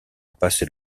passer